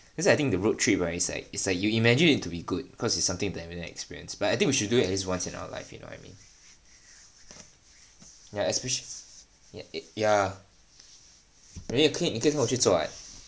cause I think the road trip right is like you imagine it to be good cause it's something that you never experience but I think we should do it at least once in our life you know I mean ya especially y~ ya maybe 你可以跟我去做 [what]